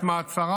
המעצר